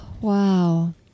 Wow